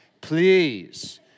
please